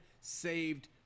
saved